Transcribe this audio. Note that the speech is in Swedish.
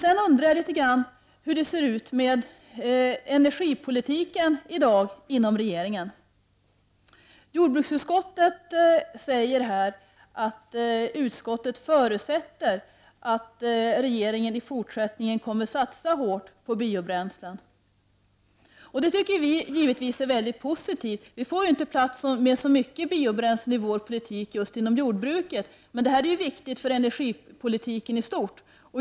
Jag undrar också hur det ser ut med energipolitiken i dag inom regeringen. Jordbruksutskottet säger här att utskottet förutsätter att regeringen i fortsättningen kommer att satsa hårt på biobränslen. Det tycker vi givetvis är mycket positivt. Vi får inte plats med så mycket biobränsle i vår politik just inom jordbruket, men detta är viktigt för energipolitiken i stort.